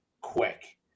quick